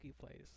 place